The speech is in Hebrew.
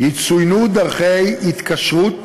יצוינו דרכי התקשרות